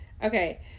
Okay